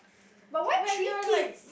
but why three kids